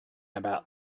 about